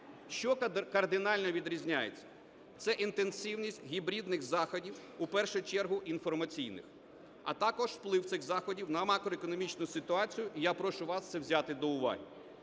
Що кардинально відрізняється? Це інтенсивність гібридних заходів, в першу чергу інформаційних, а також вплив цих заходів на макроекономічну ситуацію, я прошу вас це взяти до уваги.